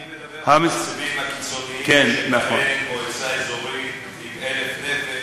אני מדבר על המצבים הקיצוניים שבהם מועצה אזורית עם 1,000 נפש,